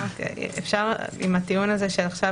עם הטיעון של עכשיו,